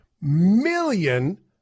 million